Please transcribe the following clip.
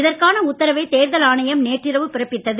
இதற்கான உத்தரவை தேர்தல் ஆணையம் நேற்றிரவு பிறப்பித்தது